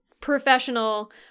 professional